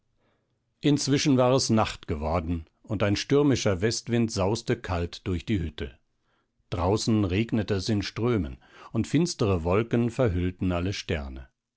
inzwischen war es nacht geworden und ein stürmischer westwind sauste kalt durch die hütte draußen regnete es in strömen und finstere wolken verhüllten alle sterne